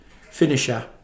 finisher